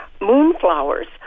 moonflowers